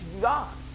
God